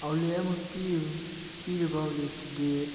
outlet ꯑꯃ ꯄꯤꯔꯤꯕ ꯑꯥꯎꯠꯂꯦꯠꯇꯨꯗꯤ